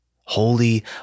Holy